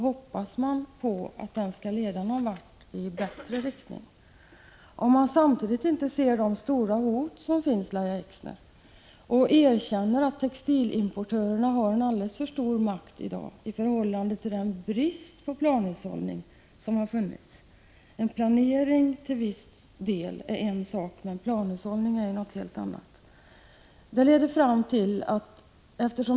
Hoppas vi att den skall leda till någonting bättre? Man måste också se de stora hot som samtidigt finns, Lahja Exner, och erkänna att textilimportörerna har alldeles för stor makt i dag i förhållande till bristen på planhushållning. Ett visst mått av planering är en sak, men planhushållning är något helt annat. Detta leder fram till följande.